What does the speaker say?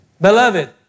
Beloved